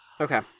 Okay